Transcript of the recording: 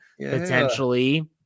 potentially